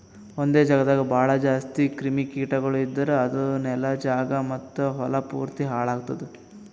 ಒಂದೆ ಜಾಗದಾಗ್ ಭಾಳ ಜಾಸ್ತಿ ಕ್ರಿಮಿ ಕೀಟಗೊಳ್ ಇದ್ದುರ್ ಅದು ನೆಲ, ಜಾಗ ಮತ್ತ ಹೊಲಾ ಪೂರ್ತಿ ಹಾಳ್ ಆತ್ತುದ್